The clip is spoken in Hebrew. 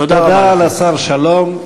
תודה לשר שלום.